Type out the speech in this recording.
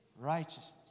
righteousness